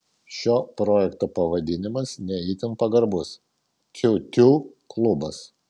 šio projekto pavadinimas ne itin pagarbus tiutiū klubas